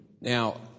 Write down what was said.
Now